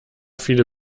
viele